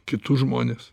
kitus žmones